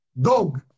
Dog